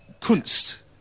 Kunst